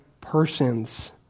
persons